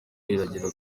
iragera